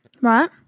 Right